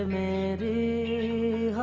a